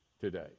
today